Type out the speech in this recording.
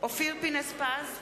אופיר פינס-פז,